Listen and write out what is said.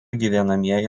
gyvenamieji